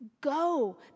Go